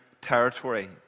territory